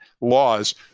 laws